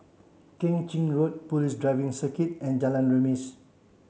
Keng Chin Road Police Driving Circuit and Jalan Remis